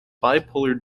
bipolar